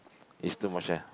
it's too much ya